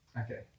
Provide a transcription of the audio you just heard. okay